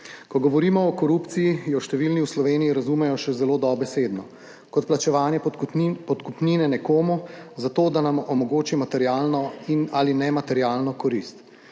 Ko govorimo o korupciji, jo številni v Sloveniji razumejo še zelo dobesedno, kot plačevanje podkupnin, podkupnine nekomu za to, da nam omogoči materialno in ali ne materialno korist.